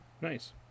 Nice